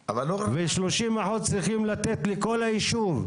ו-30% צריכים לתת לכל היישוב.